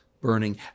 burning